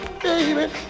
Baby